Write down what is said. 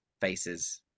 faces